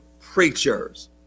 preachers